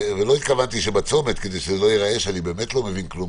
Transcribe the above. ולא התכוונתי בצומת כדי שזה לא ייראה שאני באמת לא מבין כלום,